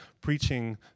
preaching